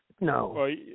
No